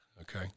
Okay